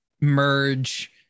merge